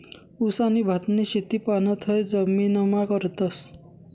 ऊस आणि भातनी शेती पाणथय जमीनमा करतस